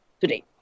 today